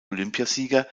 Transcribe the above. olympiasieger